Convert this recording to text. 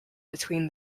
between